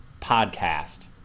podcast